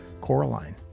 Coraline